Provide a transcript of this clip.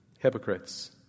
Hypocrites